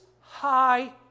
high